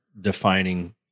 defining